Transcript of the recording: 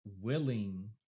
willing